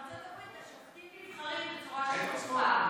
בארצות הברית השופטים נבחרים בצורה שקופה --- בצורה שקופה.